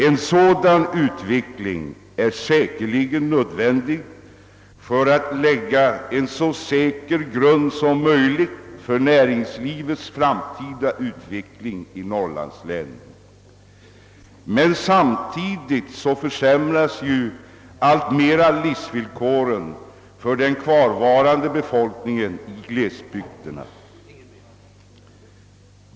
En sådan utveckling är säkerligen nödvändig för att lägga en så säker grund som möjligt för näringslivets framtida verksamhet i norrlandslänen. Men samtidigt försämras livsvillkoren alltmer för den kvarvarande befolkningen i glesbygderna.